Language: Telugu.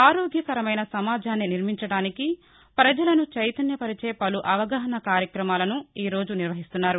ఆరోగ్యకరమైన సమాజాన్ని నిర్మించడానికి ప్రజలను చైతన్యపరచే పలు అవగాహనా కార్బక్రమాలను ఈరోజు నిర్వహిస్తున్నారు